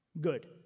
Good